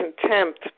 contempt